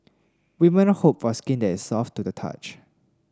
women hope for skin that is soft to the touch